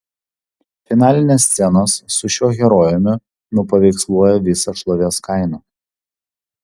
finalinės scenos su šiuo herojumi nupaveiksluoja visą šlovės kainą